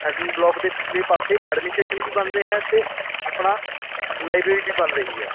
admin block ਦੇ ਪਿਛਲੇ ਪਾਸੇ ਐਡਮਿਨਿਸਟ੍ਰੇਸ਼ਨ ਵੀ ਬਣ ਰਿਹਾ ਅਤੇ ਆਪਣਾ ਲਾਇਬਰੇਰੀ ਵੀ ਬਣ ਰਹੀ ਹੈ